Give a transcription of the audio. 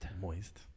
Moist